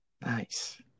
Nice